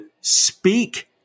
speak